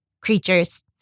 creatures